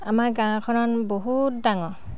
আমাৰ গাঁওখন বহুত ডাঙৰ